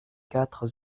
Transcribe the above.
quatre